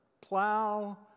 plow